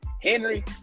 Henry